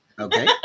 Okay